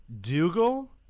Dougal